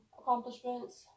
accomplishments